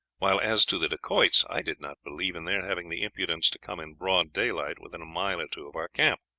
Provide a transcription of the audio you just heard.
while, as to the dacoits, i did not believe in their having the impudence to come in broad daylight within a mile or two of our camp.